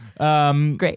Great